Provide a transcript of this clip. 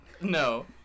No